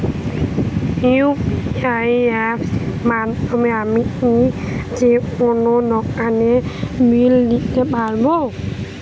UPI অ্যাপের মাধ্যমে আমি কি যেকোনো দোকানের বিল দিতে পারবো?